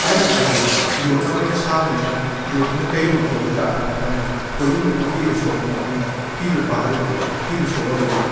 iron ꯑꯁꯤ ꯌꯣꯠꯅ ꯑꯣꯏꯅ ꯁꯥꯕꯅꯤꯅ ꯌꯣꯠꯇꯨꯅ ꯀꯔꯤꯒꯨꯝꯕ ꯀꯣꯂꯤꯡ ꯀꯥꯔꯛꯄ ꯃꯇꯝꯗ ꯀꯣꯂꯤꯡꯗꯨꯅ ꯐꯤꯗꯣ ꯁꯣꯛꯄ ꯃꯇꯝꯗ ꯐꯤꯗꯨ ꯄꯥꯍꯜꯂꯛꯏ ꯐꯤꯗꯣ ꯁꯣꯛꯍꯜꯂꯛꯏ